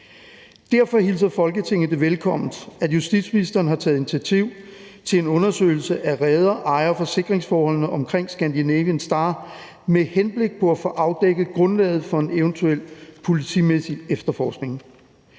Derfor hilser Folketinget det velkommen, at justitsministeren har taget initiativ til en undersøgelse af reder-, ejer- og forsikringsforholdene omkring »Scandinavian Star« med henblik på at få afdækket grundlaget for en eventuel politimæssig efterforskning.